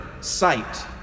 sight